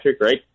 right